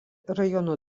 rajono